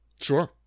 Sure